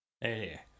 Hey